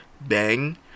bang